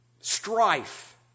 strife